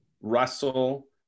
Russell